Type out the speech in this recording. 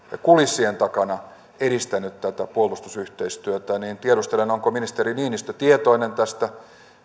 kulissien takana edistänyt tätä puolustusyhteistyötä niin tiedustelen onko ministeri niinistö tietoinen tästä